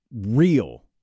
real